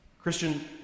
Christian